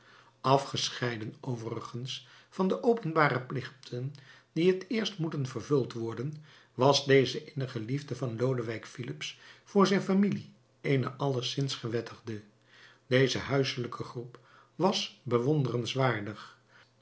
afgescheiden overigens van de openbare plichten die het eerst moeten vervuld worden was deze innige liefde van lodewijk filips voor zijn familie eene alleszins gewettigde deze huiselijke groep was bewonderenswaardig